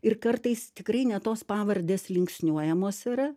ir kartais tikrai ne tos pavardės linksniuojamos yra